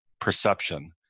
perception